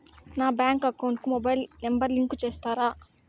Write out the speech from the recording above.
నా bank account కు mobile number ను లింకు చేస్తారా?